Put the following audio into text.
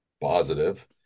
positive